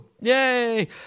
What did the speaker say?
Yay